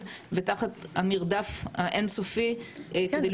ותחת המרדף האין-סופי כדי למצוא את המענים.